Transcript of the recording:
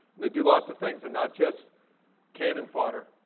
they do lots of things and not just canon fodder.